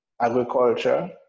agriculture